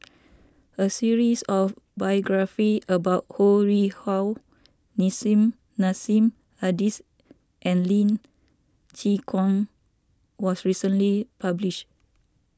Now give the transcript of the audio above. a series of biographies about Ho Rih Hwa Nissim Nassim Adis and Lee Chin Koon was recently published